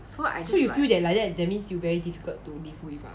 so you feel that like that means you very difficult to live with ah